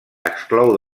exclou